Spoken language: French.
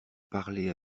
parler